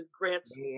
Grant's